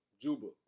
Juba